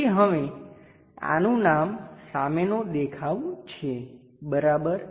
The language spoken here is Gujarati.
તેથી હવે આનું નામ સામેનો દેખાવ છે બરાબર